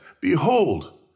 Behold